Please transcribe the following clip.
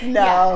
no